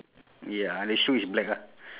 no no my towel is